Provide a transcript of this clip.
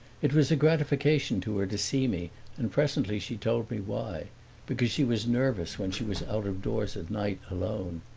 it was a gratification to her to see me and presently she told me why because she was nervous when she was out-of-doors at night alone.